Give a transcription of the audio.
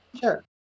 Sure